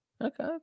Okay